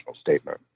statement